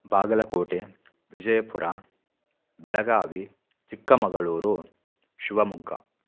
बागलकोटे विजयपुरं बेळगावि चिक्कमगळूरु शिवमोग्ग